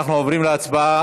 אנחנו עוברים להצבעה